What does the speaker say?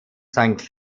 sank